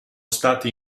stati